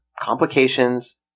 complications